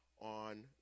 on